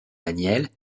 daniel